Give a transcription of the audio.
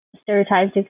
stereotypes